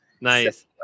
Nice